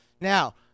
Now